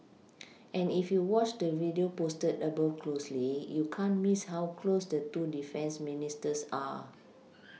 and if you watch the video posted above closely you can't Miss how close the two defence Ministers are